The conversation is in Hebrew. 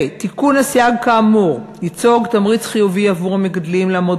תיקון הסייג כאמור ייצור תמריץ חיובי עבור המגדלים לעמוד